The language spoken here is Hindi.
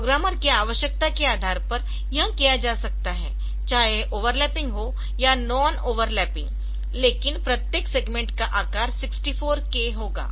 प्रोग्रामर की आवश्यकता के आधार पर यह किया जा सकता है चाहे ओवरलैपिंगहो या नॉन ओवरलैपिंग लेकिन प्रत्येक सेगमेंट का आकार 64 K होगा